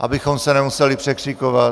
abychom se nemuseli překřikovat.